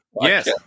Yes